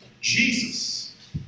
Jesus